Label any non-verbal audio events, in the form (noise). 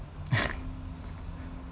(laughs)